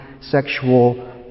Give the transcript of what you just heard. sexual